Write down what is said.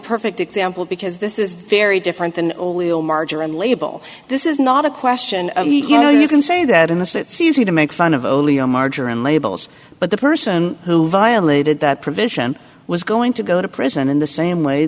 perfect example because this is very different than margarine label this is not a question you know you can say that in the states easy to make fun of only on margarine labels but the person who violated that provision was going to go to prison in the same way